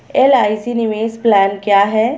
LIC निवेश plan क्या है?